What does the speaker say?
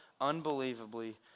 unbelievably